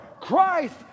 Christ